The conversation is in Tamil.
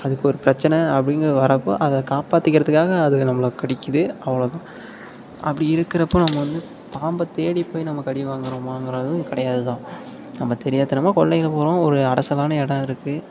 அதுக்கு ஒரு பிரச்சனை அப்படின்னு வரப்போ அதை காப்பாத்திக்கிறதுக்காக அதுங்கள் நம்மளை கடிக்கிறது அவ்வளோ தான் அப்படி இருக்கிறப்ப நம்ம வந்து பாம்பை தேடி போய் நம்ம கடி வாங்குகிறமாங்கிறதும் கிடையாது தான் நம்ம தெரியாத்தனமாக கொல்லையில் போகிறோம் ஒரு அடைசலான இடம் இருக்குது